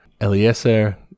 Eliezer